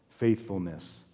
Faithfulness